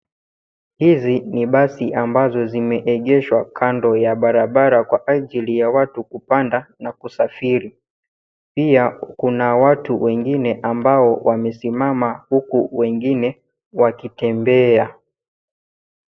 Hizi ni basi ambazo zimeegeshwa kando ya barabara kwa ajili ya watu kupanda na kusafiri. Pia kuna watu wengine ambao wamesimama huku wengine wakitembea.